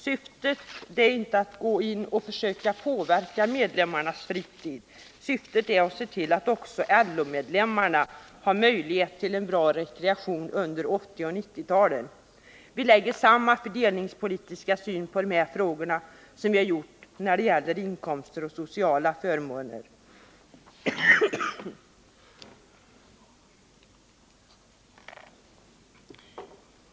Syftet är inte att gå in och söka påverka medlemmarnas fritid — syftet är att se till att också LO-medlemmarna har möjligheter till bra rekreation under 1980 och 1990-talen. Vi lägger samma fördelningspolitiska syn på de här frågorna som vi gjort när det gäller inkomster och sociala förmåner.